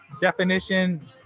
definition